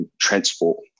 transport